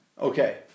Okay